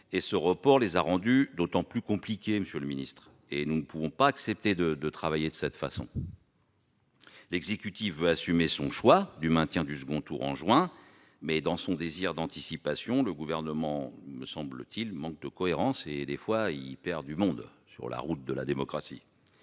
ce report les a rendues d'autant plus compliquées, monsieur le ministre. Nous ne pouvons accepter de travailler de cette façon. L'exécutif veut assumer son choix du maintien du second tour en juin, mais dans son désir d'anticipation le Gouvernement manque de cohérence et perd du monde sur la route de la démocratie